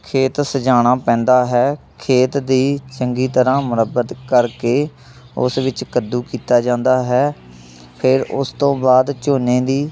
ਖੇਤ ਸਜਾਉਣਾ ਪੈਂਦਾ ਹੈ ਖੇਤ ਦੀ ਚੰਗੀ ਤਰ੍ਹਾਂ ਮੁਰੱਬਤ ਕਰਕੇ ਉਸ ਵਿੱਚ ਕੱਦੂ ਕੀਤਾ ਜਾਂਦਾ ਹੈ ਫਿਰ ਉਸ ਤੋਂ ਬਾਅਦ ਝੋਨੇ ਦੀ